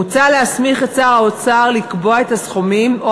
מוצע להסמיך את שר האוצר לקבוע את הסכומים או